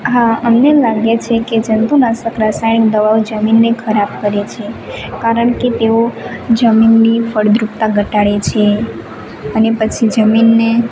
હા અમને લાગે છે કે જંતુનાશક રસાયણિક દવાઓ જમીનને ખરાબ કરે છે કારણ કે તેઓ જમીનની ફળદ્રુપતા ઘટાડે છે અને પછી જમીનને